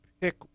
pick